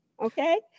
okay